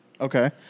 Okay